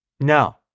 no